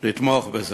לתמוך בו.